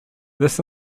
this